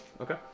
Okay